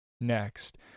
next